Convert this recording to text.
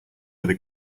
other